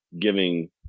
giving